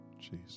Jesus